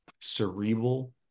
cerebral